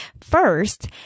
First